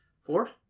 Four